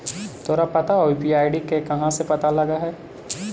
तोरा पता हउ, यू.पी.आई आई.डी के कहाँ से पता लगऽ हइ?